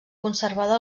conservada